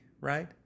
right